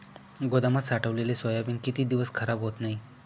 गोदामात साठवलेले सोयाबीन किती दिवस खराब होत नाही?